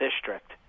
district